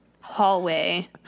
hallway